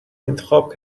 انتخاب